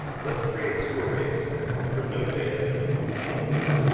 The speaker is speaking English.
let's create two arrays one for node data, and one for link data.